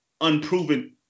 unproven